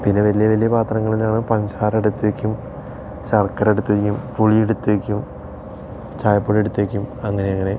പിന്നെ വലിയ വലിയ പാത്രങ്ങൾ ഞങ്ങൾ പഞ്ചസാര എടുത്ത് വെക്കും ശർക്കര എടുത്ത് വെക്കും പുളിയെടുത്ത് വെക്കും ചായ പൊടി എടുത്ത് വെക്കും അങ്ങനെ അങ്ങനെ